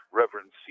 Reverend